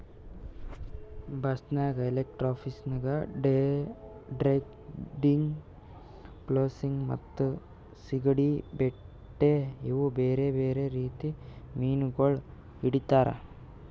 ಬಸ್ನಿಗ್, electrofishing, dredging, flossing ಮತ್ತ ಸೀಗಡಿ ಬೇಟೆ ಇವು ಬೇರೆ ಬೇರೆ ರೀತಿ ಮೀನಾಗೊಳ್ ಹಿಡಿತಾರ್